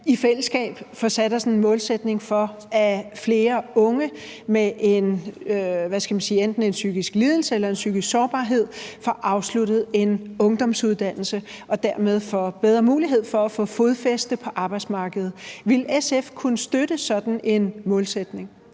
i fællesskab får sat os en målsætning for, at flere unge med enten en psykisk lidelse eller en psykisk sårbarhed får afsluttet en ungdomsuddannelse og dermed får bedre mulighed for at få fodfæste på arbejdsmarkedet. Ville SF kunne støtte sådan en målsætning?